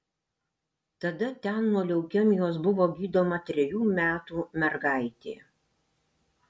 tada ten nuo leukemijos buvo gydoma trejų metų mergaitė